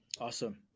Awesome